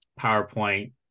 PowerPoint